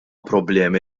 problemi